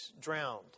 drowned